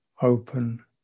open